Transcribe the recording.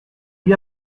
lui